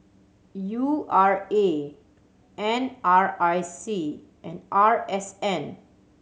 U R A N R I C and R S N